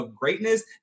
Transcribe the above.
greatness